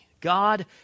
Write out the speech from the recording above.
God